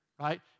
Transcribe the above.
right